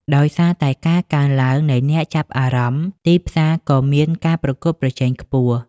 ដោយសារតែការកើនឡើងនៃអ្នកចាប់អារម្មណ៍ ទីផ្សារក៏មាន ការប្រកួតប្រជែងខ្ពស់។